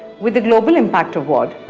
with the global impact award,